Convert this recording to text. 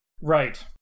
Right